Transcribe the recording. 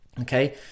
okay